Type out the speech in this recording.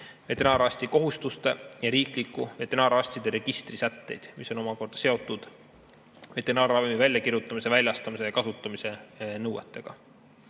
veterinaararsti kohustuste ja riikliku veterinaararstide registri sätteid, mis on omakorda seotud veterinaarravimi väljakirjutamise, väljastamise ja kasutamise nõuetega.